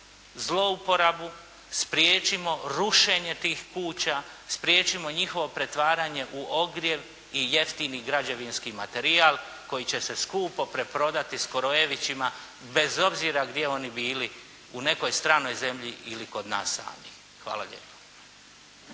zlouporabu, spriječimo rušenje tih kuća, spriječimo njihovo pretvaranje u ogrjev i jeftini građevinski materijal koji će se skupo preprodati Skorojevićima bez obzira gdje oni bili u nekoj stranoj zemlji ili kod nas samih. Hvala lijepo.